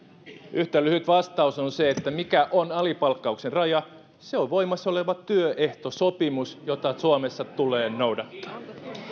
yhtä lyhyt vastaus siihen mikä on alipalkkauksen raja se on voimassa oleva työehtosopimus jota suomessa tulee noudattaa